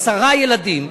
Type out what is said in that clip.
עשרה ילדים,